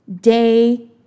day